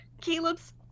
Caleb's